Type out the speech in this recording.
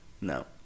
No